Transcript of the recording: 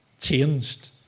changed